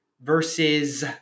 versus